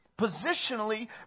positionally